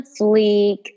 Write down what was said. fleek